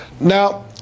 Now